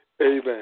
Amen